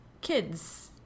kids –